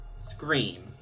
Scream